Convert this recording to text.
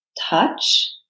touch